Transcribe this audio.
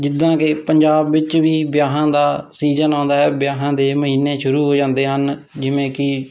ਜਿੱਦਾਂ ਕਿ ਪੰਜਾਬ ਵਿੱਚ ਵੀ ਵਿਆਹਾਂ ਦਾ ਸ਼ੀਜ਼ਨ ਆਉਂਦਾ ਹੈ ਵਿਆਹਾਂ ਦੇ ਮਹੀਨੇ ਸ਼ੁਰੂ ਹੋ ਜਾਂਦੇ ਹਨ ਜਿਵੇਂ ਕਿ